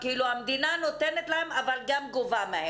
המדינה נותנת להם אבל גם גובה מהם.